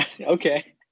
okay